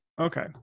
okay